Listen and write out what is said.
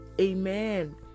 amen